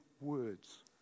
words